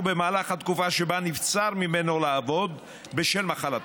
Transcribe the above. במהלך התקופה שבה נבצר ממנו לעבוד בשל מחלתו.